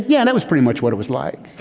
yeah, that was pretty much what it was like.